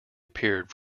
appeared